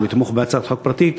או לתמוך בהצעת חוק פרטית,